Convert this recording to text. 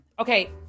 Okay